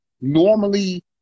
normally